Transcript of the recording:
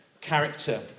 character